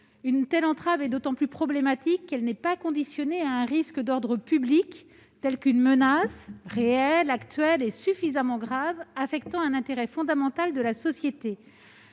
Une telle entrave est d'autant plus problématique qu'elle n'est pas conditionnée à un risque d'ordre public, telle qu'une menace réelle, actuelle, suffisamment grave et affectant un intérêt fondamental de la société.